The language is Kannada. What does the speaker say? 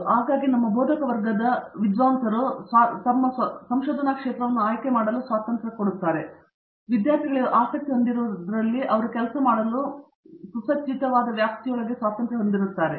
ಆದ್ದರಿಂದ ಆಗಾಗ್ಗೆ ನಮ್ಮ ಬೋಧಕವರ್ಗದ ವಿದ್ವಾಂಸರು ಸ್ವಾತಂತ್ರ್ಯವನ್ನು ತಮ್ಮ ಸ್ವಂತ ಸಂಶೋಧನಾ ಕ್ಷೇತ್ರವನ್ನು ಆಯ್ಕೆ ಮಾಡಲು ಅವಕಾಶ ಮಾಡಿಕೊಡುತ್ತಾರೆ ಅವರು ಆಸಕ್ತಿ ಹೊಂದಿರುವುದರಲ್ಲಿ ಮತ್ತು ಅವರು ಕೆಲಸ ಮಾಡಲು ಸುಸಜ್ಜಿತವಾದವುಗಳ ವ್ಯಾಪ್ತಿಯೊಳಗೆ ಸ್ವಾತಂತ್ರ್ಯಹೊಂದಿರುತ್ತಾರೆ